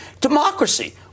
Democracy